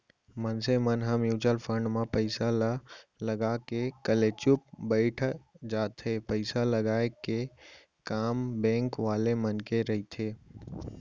मनसे मन ह म्युचुअल फंड म पइसा ल लगा के कलेचुप बइठ जाथे पइसा लगाय के काम बेंक वाले मन के रहिथे